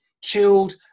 chilled